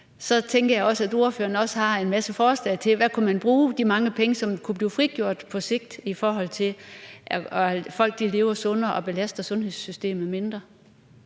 så tænker jeg også, at ordføreren også har en masse forslag til, hvad man kunne bruge de mange penge på, som kunne blive frigjort på sigt, i forhold til at folk lever sundere og belaster sundhedssystemet mindre.